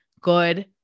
good